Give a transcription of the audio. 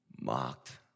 mocked